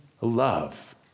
love